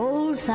Old